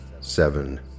seven